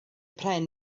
pren